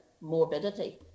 morbidity